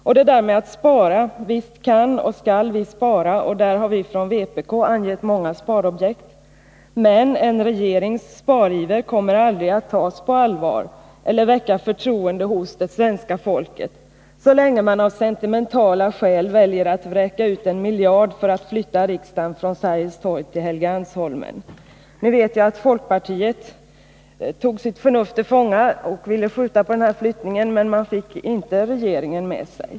Och det där med att spara — visst kan och skall vi spara, och där har vi från vpk angett många sparobjekt. Men en regerings spariver kommer aldrig att tas på allvar eller väcka förtroende hos det svenska folket så länge man av sentimentala skäl väljer att vräka ut en miljard för att flytta riksdagen från Sergels torg till Helgeandsholmen. Nu vet jag att folkpartiet tog sitt förnuft till fånga och ville skjuta på denna flyttning, men man fick inte regeringen med sig.